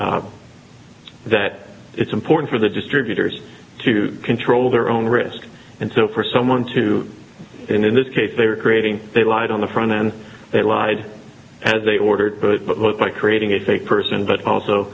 that it's important for the distributors to control their own risk and so for someone to in this case they are creating they lied on the front end they lied as they ordered but by creating a fake person but also